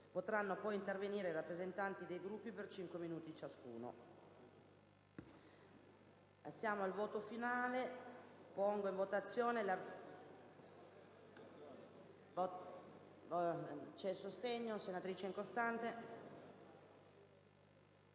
Potranno poi intervenire i rappresentanti dei Gruppi per cinque minuti ciascuno.